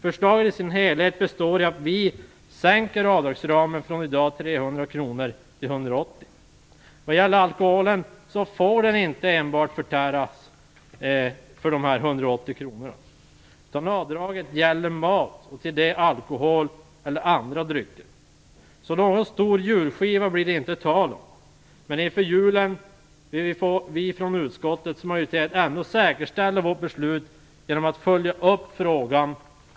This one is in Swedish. Förslaget i sin helhet betyder att vi minskar avdragsramen från i dag 300 kr till 180 kr. Vad gäller alkoholen får inte enbart alkohol förtäras för 180 kr, utan avdraget gäller mat och till det alkohol eller andra drycker. Så någon stor julskiva blir det inte tal om. Men inför julen vill vi från utskottsmajoritetens sida ändå säkerställa vårt beslut genom att följa upp frågan.